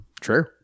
True